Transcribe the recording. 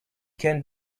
can